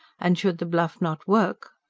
and should the bluff not work?